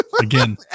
again